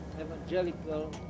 evangelical